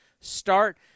Start –